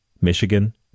Michigan